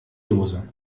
dose